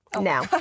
Now